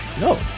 no